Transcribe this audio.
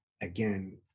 again